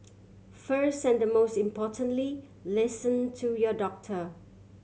first and most importantly listen to your doctor